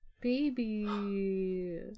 Baby